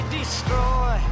destroy